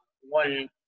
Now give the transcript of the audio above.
one